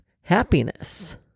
happiness